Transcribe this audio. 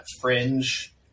fringe